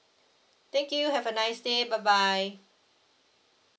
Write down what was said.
thank you have a nice day bye bye